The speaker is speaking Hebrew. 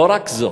לא רק זאת,